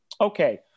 Okay